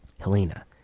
Helena